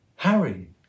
Harry